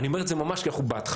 אני אומר את זה ממש כי אנחנו בהתחלה,